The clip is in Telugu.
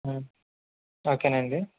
ఓకేనండి